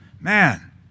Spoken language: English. Man